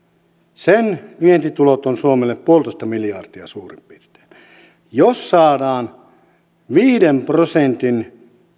sen vientitulot ovat suomelle yksi pilkku viisi miljardia suurin piirtein jos saadaan viiden prosentin